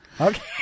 Okay